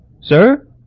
Sir